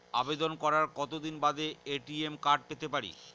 আবেদন করার কতদিন বাদে এ.টি.এম কার্ড পেতে পারি?